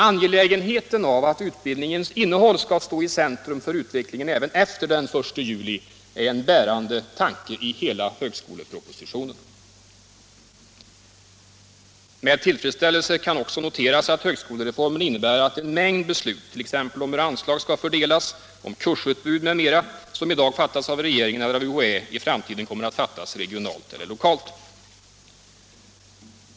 Angelägenheten av att utbildningens innehåll skall stå i centrum för utvecklingen även efter den 1 juli är en bärande tanke i hela högskolepropositionen. Med tillfredsställelse kan också noteras att högskolereformen innebär att en mängd beslut, t.ex. om hur anslag skall fördelas, om kursutbud m.m., som i dag fattas av regeringen eller UHÄ, i framtiden kommer att fattas regionalt eller lokalt.